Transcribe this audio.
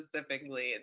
specifically